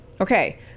Okay